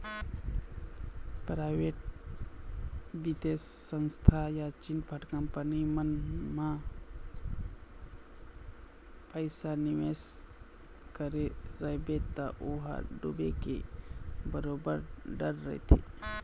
private बित्तीय संस्था या चिटफंड कंपनी मन म पइसा निवेस करे रहिबे त ओ ह डूबे के बरोबर डर रहिथे